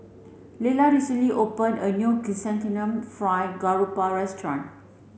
Lyla recently opened a new chrysanthemum fried garoupa restaurant